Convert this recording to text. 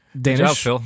Danish